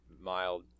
mild